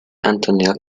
antonio